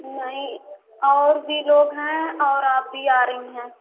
नहीं और भी लोग हैं और आप भी आ रही हैं